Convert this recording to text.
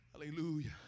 Hallelujah